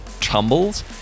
tumbles